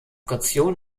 kaution